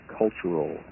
cultural